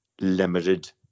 limited